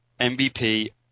MVP